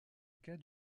cas